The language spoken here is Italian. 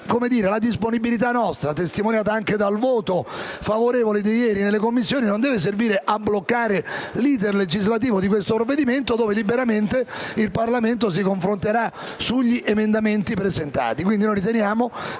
la disponibilità nostra, testimoniata anche dal voto favorevole di ieri nelle Commissioni, non deve servire a bloccare l'*iter* legislativo di questo provvedimento, dove liberamente il Parlamento si confronterà sugli emendamenti presentati.